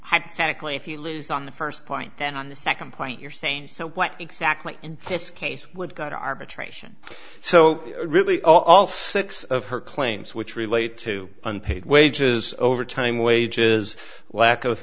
hypothetically if you lose on the first point then on the second point you're saying so what exactly in this case would go to arbitration so really all six of her claims which relate to unpaid wages overtime wage is lack of